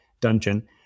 dungeon